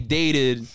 dated